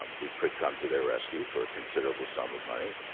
um we could come to their rescue for a considerable sum of money.